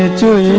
ah to